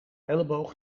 elleboog